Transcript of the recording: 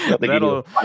That'll